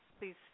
please